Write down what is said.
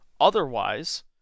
Otherwise